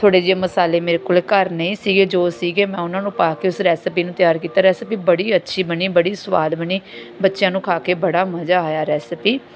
ਥੋੜ੍ਹੇ ਜਿਹੇ ਮਸਾਲੇ ਮੇਰੇ ਕੋਲ ਘਰ ਨਹੀਂ ਸੀਗੇ ਜੋ ਸੀਗੇ ਮੈਂ ਉਹਨਾਂ ਨੂੰ ਪਾ ਕੇ ਉਸ ਰੈਸਪੀ ਨੂੰ ਤਿਆਰ ਕੀਤਾ ਰੈਸਪੀ ਬੜੀ ਅੱਛੀ ਬਣੀ ਬੜੀ ਸਵਾਦ ਬਣੀ ਬੱਚਿਆਂ ਨੂੰ ਖਾ ਕੇ ਬੜਾ ਮਜ਼ਾ ਆਇਆ ਰੈਸਪੀ